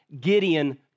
Gideon